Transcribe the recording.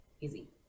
Easy